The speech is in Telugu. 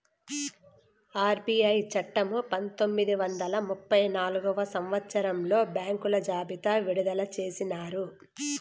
ఆర్బీఐ చట్టము పంతొమ్మిది వందల ముప్పై నాల్గవ సంవచ్చరంలో బ్యాంకుల జాబితా విడుదల చేసినారు